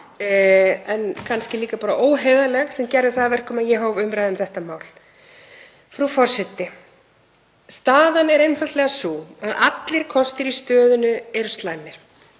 en kannski líka bara óheiðarleg, sem gerði það að verkum að ég hóf umræðu um þetta mál. Frú forseti. Staðan er einfaldlega sú að allir kostir í stöðunni eru slæmir.